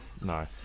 No